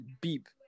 beep